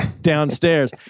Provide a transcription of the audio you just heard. downstairs